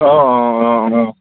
অঁ অঁ অঁ অঁ